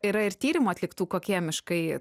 yra ir tyrimų atliktų kokie miškai